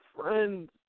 friends